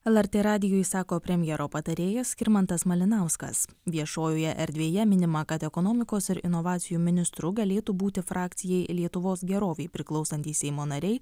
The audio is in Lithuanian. lrt radijui sako premjero patarėjas skirmantas malinauskas viešojoje erdvėje minima kad ekonomikos ir inovacijų ministru galėtų būti frakcijai lietuvos gerovei priklausantys seimo nariai